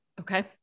Okay